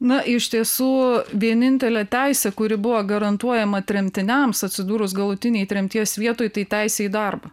na iš tiesų vienintelė teisė kuri buvo garantuojama tremtiniams atsidūrus galutinėj tremties vietoj tai teisė į darbą